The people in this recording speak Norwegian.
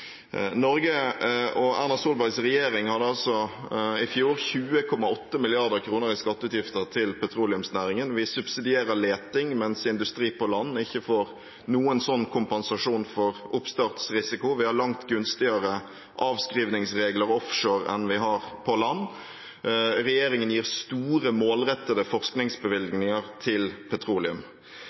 Norge og Erna Solbergs regjering hadde i fjor 20,8 mrd. kr i skatteutgifter til petroleumsnæringen. Vi subsidierer leting, mens industri på land ikke får noen slik kompensasjon for oppstartsrisiko. Vi har langt gunstigere avskrivningsregler offshore enn vi har på land. Regjeringen gir store, målrettede forskningsbevilgninger til petroleum.